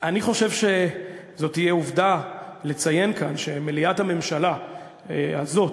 אני חושב שזאת תהיה עובדה לציין כאן שמליאת הממשלה הזאת,